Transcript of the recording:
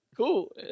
Cool